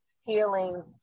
healing